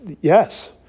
yes